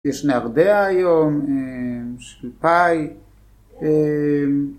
יש נהרדעא היום, של פא"י...